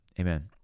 Amen